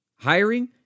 Hiring